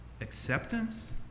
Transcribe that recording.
acceptance